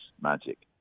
magic